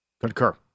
Concur